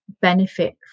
benefit